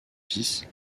fils